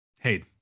Hey